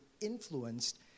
influenced